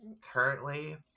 Currently